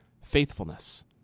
faithfulness